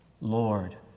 Lord